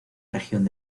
región